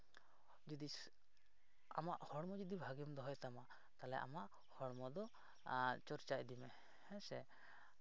ᱡᱩᱫᱤ ᱟᱢᱟᱜ ᱦᱚᱲᱢᱚ ᱡᱩᱫᱤ ᱵᱷᱟᱹᱜᱤᱢ ᱫᱚᱦᱚᱭ ᱛᱟᱢᱟ ᱛᱟᱦᱞᱮ ᱟᱢᱟᱜ ᱦᱚᱲᱢᱚ ᱫᱚ ᱪᱚᱨᱪᱟ ᱤᱫᱤ ᱢᱮ ᱦᱮᱸᱥᱮ